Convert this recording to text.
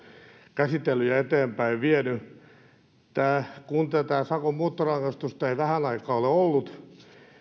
käsitellyt ja eteenpäin vienyt kun tätä sakon muuntorangaistusta ei vähään aikaan ole ollut